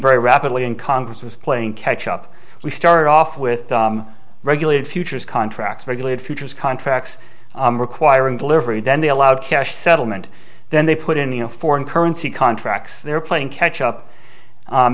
very rapidly in congress with playing catch up we started off with regulated futures contracts regulated futures contracts requiring delivery then they allowed cash settlement then they put in you know foreign currency contracts they're playing catch up